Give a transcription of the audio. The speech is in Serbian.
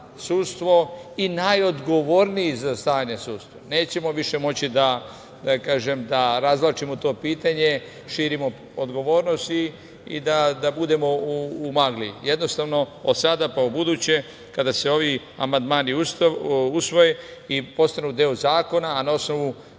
sudstvo i najodgovorniji za stanje sudstva. Nećemo više moći da razvlačimo to pitanje, širimo odgovornost i da budemo u magli. Jednostavno od sada pa u buduće, kada se ovi amandmani usvoje i postanu deo zakona, a na osnovu